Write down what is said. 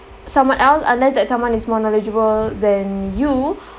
someone else unless that someone is more knowledgeable than you